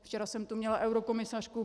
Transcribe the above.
Včera jsem tu měla eurokomisařku.